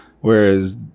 Whereas